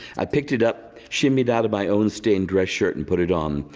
i picked it up shimmied out of my own stained dress shirt and put it on,